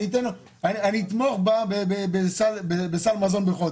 אני אתמוך בה בסל מזון בחודש.